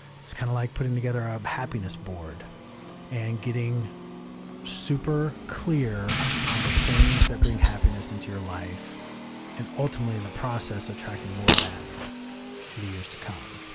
it's kind of like putting together a um happiness board and getting super clear on the things that bring happiness into your life and ultimately in the process, attracting more of that in the years to come.